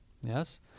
Yes